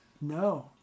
No